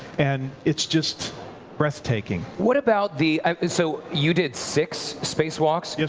and it's just breathtaking. what about the so you did six spacewalks? yes,